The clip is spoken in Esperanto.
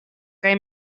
kaj